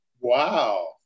Wow